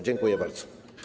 Dziękuję bardzo.